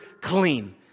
clean